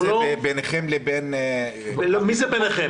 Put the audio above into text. זה ביניכם לבין --- מי זה ביניכם?